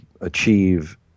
achieve